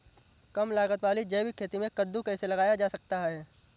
कम लागत वाली जैविक खेती में कद्दू कैसे लगाया जा सकता है?